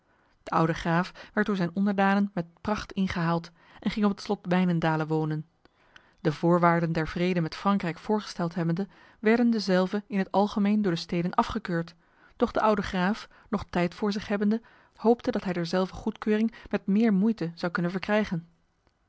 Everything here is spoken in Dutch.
de oude graaf werd door zijn onderdanen met pracht ingehaald en ging op het slot wijnendale wonen de voorwaarden der vrede met frankrijk voorgesteld hebbende werden dezelve in het algemeen door de steden afgekeurd doch de oude graaf nog tijd voor zich hebbende hoopte dat hij derzelver goedkeuring met meer moeite zou kunnen verkrijgen